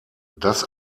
das